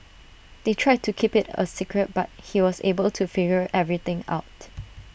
they tried to keep IT A secret but he was able to figure everything out